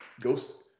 ghost